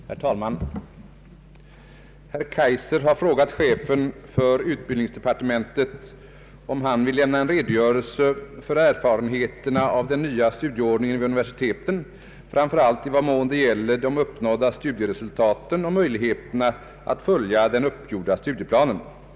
Herr talman! Herr Kaijser har frågat chefen för utbildningsdepartementet om han vill lämna en redogörelse för erfarenheterna av den nya studieordningen vid universiteten, framför allt i vad mån det gäller de uppnådda studieresultaten och möjligheterna att följa den uppgjorda studieplanen.